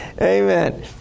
Amen